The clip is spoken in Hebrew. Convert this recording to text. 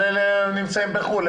אבל אלה נמצאים בחו"ל,